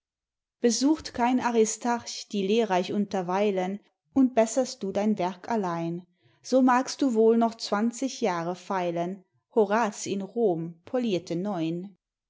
besucht kein aristarch die lehrreich unterweilen und besserst du dein werk allein so magst du wohl noch zwanzig jahre feilen horaz in rom polierte neun